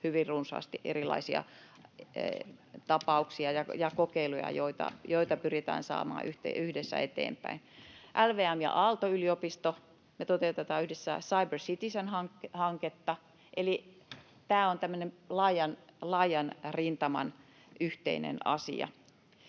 hyvin runsaasti erilaisia tapauksia ja kokeiluja, joita pyritään saamaan yhdessä eteenpäin. LVM ja Aalto-yliopisto: me toteutetaan yhdessä Cyber Citizen ‑hanketta, eli tämä on tämmöinen laajan rintaman yhteinen asia.